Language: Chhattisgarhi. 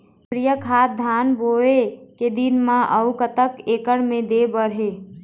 यूरिया खाद धान बोवे के दिन म अऊ कतक एकड़ मे दे बर हे?